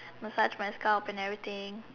massage my scalp and everything